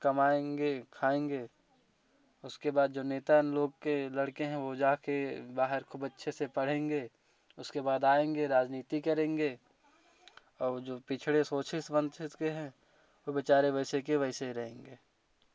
कमाएँगे खाएँगे उसके बाद जो नेता लोग के लड़के हैं वो जा के बाहर खूब अच्छे से पढेंगे उसके बाद आएँगे राजनीति करेंगे और जो पिछड़े शोषित वंश से हैं वो बेचारे वैसे के वैसे रहेंगे